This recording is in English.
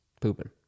pooping